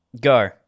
Go